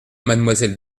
mademoiselle